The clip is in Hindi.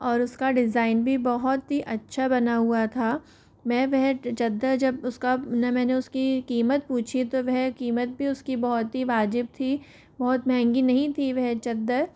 और उसका डिजाइन भी बहुत ही अच्छा बना हुआ था मैं वह चादर जब उसका ना मैंने उसकी कीमत पूछी तो वह कीमत भी उसकी बहुत ही वाजिब थी बहुत महंगी नहीं थी वह चादर